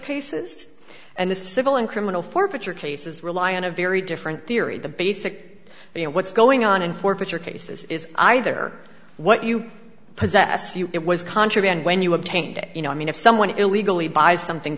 cases and the civil and criminal forfeiture cases rely on a very different theory the basic you know what's going on in forfeiture cases is either what you possess you it was contraband when you obtained it you know i mean if someone illegally buys something